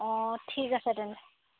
অঁ ঠিক আছে তেন্তে